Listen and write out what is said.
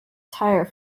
tire